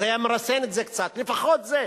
אז זה היה מרסן את זה קצת, לפחות זה,